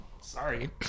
sorry